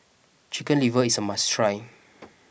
Chicken Liver is a must try